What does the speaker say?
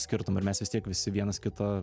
skirtumo ir mes vis tiek visi vienas kitą